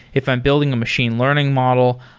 if i'm building a machine learning model,